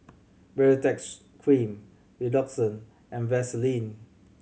Baritex Cream Redoxon and Vaselin